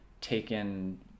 taken